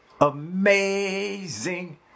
amazing